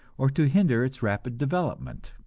or to hinder its rapid development.